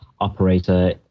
operator